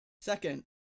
second